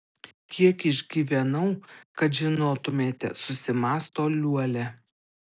kiek išgyvenau kad žinotumėte susimąsto liuolia